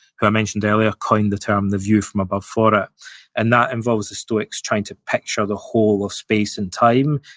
who i mentioned earlier, coined the term the view from above for it. and that involves the stoics trying to picture the whole of space and time,